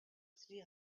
three